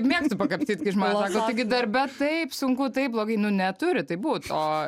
mėgstu pakapstyt kai žmonės sako taigi darbe taip sunku taip blogai nu neturi taip būt o